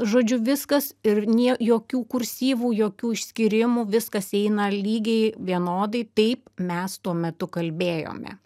žodžiu viskas ir nie jokių kursyvų jokių išskyrimų viskas eina lygiai vienodai taip mes tuo metu kalbėjome